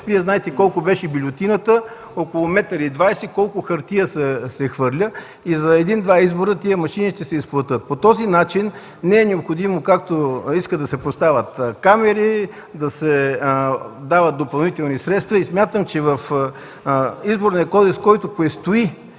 Вие знаете колко беше бюлетината – около метър и двадесет, колко хартия се хвърля. За един-два избора тези машини ще се изплатят. По този начин не е необходимо, както искат, да се поставят камери, да се дават допълнителни средства. Смятам, че в Изборния кодекс, който предстои